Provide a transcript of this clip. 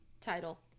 title